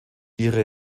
ihre